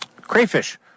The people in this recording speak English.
crayfish